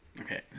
Okay